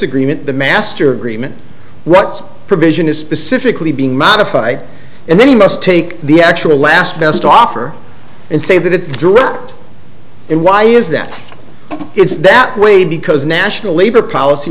agreement the master agreement what provision is specifically being modified and then he must take the actual last best offer and say that it dropped and why is that it's that way because national labor policy